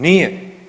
Nije.